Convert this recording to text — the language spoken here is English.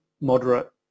moderate